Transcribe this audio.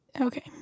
Okay